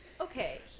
okay